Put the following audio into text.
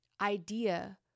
idea